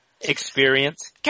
experience